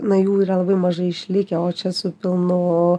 na jų yra labai mažai išlikę o čia su pilnu